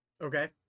Okay